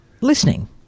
Listening